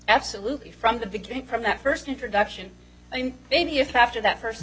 absolutely from the beginning from that first introduction i mean maybe if after that